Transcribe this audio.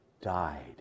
died